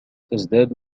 تزداد